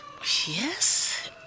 Yes